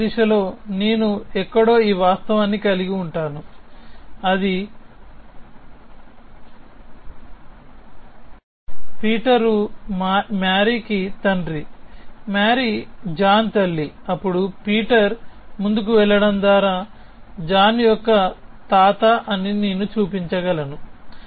forward దిశలో నేను ఎక్కడో ఈ వాస్తవాన్ని కలిగి ఉంటాను అది పేతురు మారి కి తండ్రి మారి జాన్ తల్లి అప్పుడు పీటర్ ముందుకు వెళ్ళడం ద్వారా జాన్ యొక్క తాత అని నేను చూపించగలను